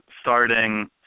starting